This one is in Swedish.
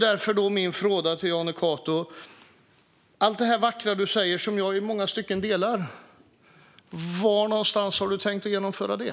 Därför blir min fråga till Jonny Cato: Allt det här vackra du säger, som jag i många stycken delar, var någonstans har du tänkt att genomföra det?